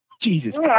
Jesus